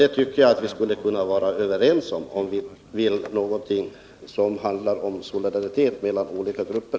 Jag tycker att vi bör kunna vara överens om detta synsätt, om vi vill skapa solidaritet mellan olika grupper.